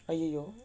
!aiyo!